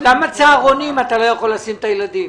למה צהרונים אתה לא יכול לשים את הילדים?